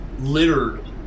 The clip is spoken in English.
littered